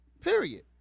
Period